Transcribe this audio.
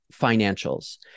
financials